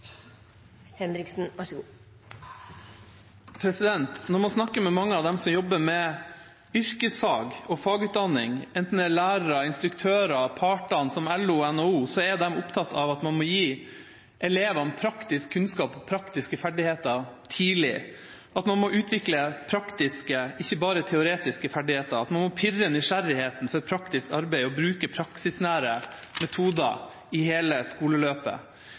Når man snakker med mange av dem som jobber med yrkesfag og fagutdanning, enten det er lærere, instruktører eller parter som LO og NHO, er de opptatt av at man må gi elevene praktisk kunnskap og praktiske ferdigheter tidlig, at man må utvikle ikke bare teoretiske ferdigheter, at man må pirre nysgjerrigheten for praktisk arbeid og bruke praksisnære metoder i hele skoleløpet.